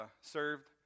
served